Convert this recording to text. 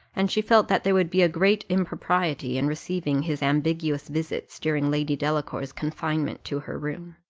and she felt that there would be great impropriety in receiving his ambiguous visits during lady delacour's confinement to her room.